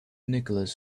nicholas